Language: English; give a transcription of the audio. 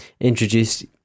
introduce